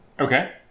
Okay